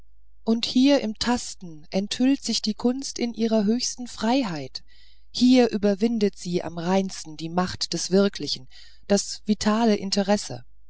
und hier im tasten enthüllt sich die kunst in ihrer höchsten freiheit hier überwindet sie am reinsten die macht des wirklichen das vitale interesse